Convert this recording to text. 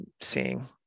seeing